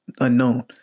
unknown